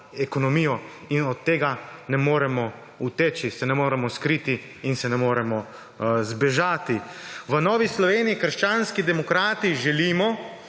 ekonomijo in od temu ne moremo uteči, se ne moremo skriti in ne moremo zbežati. V Novi Sloveniji - krščanski demokrati želimo,